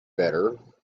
better